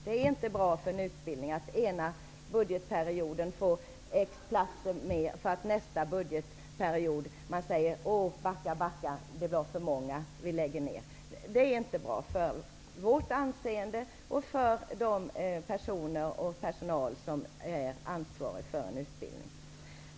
Det är inte bra för en utbildning att ena budgetperioden få x platser fler för att nästa budgetperiod få backa för att det blev för många och få lägga ner platser. Det är inte bra för vårt anseende och för de personer och den personal som är ansvarig för en utbildning.